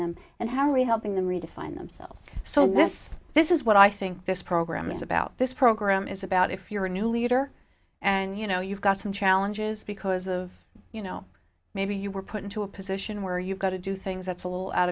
them and how are we helping them redefine themselves so this this is what i think this program is about this program is about if you're a new leader and you know you've got some challenges because of you know maybe you were put into a position where you got to do things that's a little out